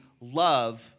love